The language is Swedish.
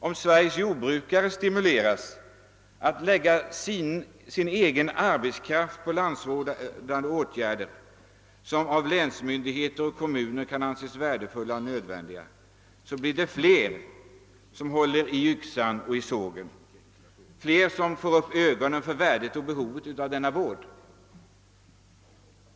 Om Sveriges jordbrukare stimuleras att lägga ned sin egen arbetskraft på landskapsvårdande åtgärder, som av länsmyndigheter och kommuner kan anses värdefulla och nödvändiga, blir det fler som håller i yxan och sågen, fler som får upp Öögonen för värdet och behovet av denna vård.